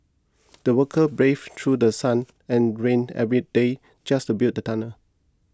the worker braved through The Sun and rain every day just to build the tunnel